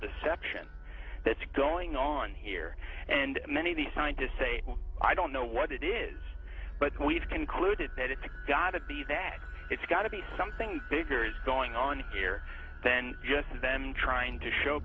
deception that's going on here and many of the scientists say i don't know what it is but we've concluded that it's gotta be that it's got to be something bigger is going on here then just them trying to show